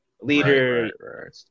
leader